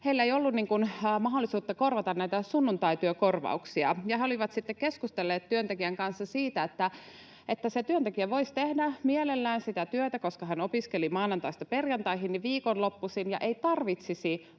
heillä ei ollut mahdollisuutta korvata sunnuntaityötä, ja he olivat sitten keskustelleet työntekijän kanssa, että se työntekijä voisi tehdä mielellään sitä työtä viikonloppuisin — koska hän opiskeli maanantaista perjantaihin — ja ei tarvitsisi